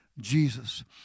Jesus